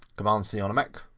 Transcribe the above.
command c on a mac,